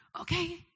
okay